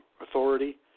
authority